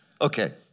Okay